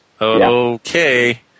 okay